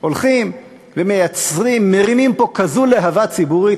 הולכים ומייצרים ומרימים פה כזו להבה ציבורית.